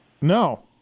No